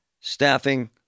staffing